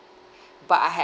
but I have